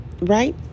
Right